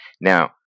Now